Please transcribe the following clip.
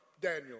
Daniel